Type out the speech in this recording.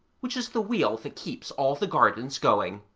which is the wheel that keeps all the gardens going.